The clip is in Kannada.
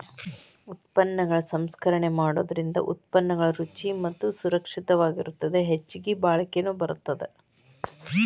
ಉತ್ಪನ್ನಗಳ ಸಂಸ್ಕರಣೆ ಮಾಡೋದರಿಂದ ಉತ್ಪನ್ನಗಳು ರುಚಿ ಮತ್ತ ಸುರಕ್ಷಿತವಾಗಿರತ್ತದ ಹೆಚ್ಚಗಿ ಬಾಳಿಕೆನು ಬರತ್ತದ